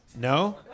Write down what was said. No